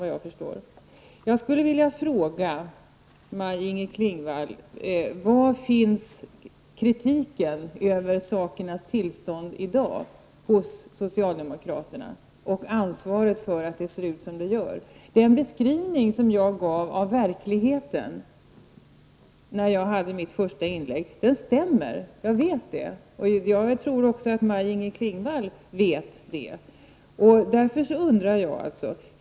Var finns i dag kritiken hos socialdemokraterna mot sakernas tillstånd och ansvaret för att det ser ut som det gör, Maj-Inger Klingvall? Den beskrivning jag gav av verkligheten i mitt första inlägg stämmer. Jag vet det, och jag tror att också Maj-Inger Klingvall vet detta.